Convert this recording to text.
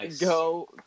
go